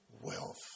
wealth